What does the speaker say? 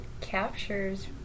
captures